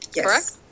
correct